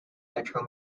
metro